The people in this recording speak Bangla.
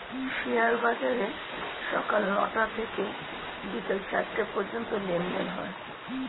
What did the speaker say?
শেয়ার বাজারে সকাল নয়টা থেকে বিকেল চারটে পর্যন্ত লেনদেন হয়